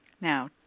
Now